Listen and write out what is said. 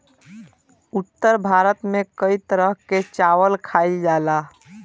उत्तर भारत में कई तरह के चावल खाईल जाला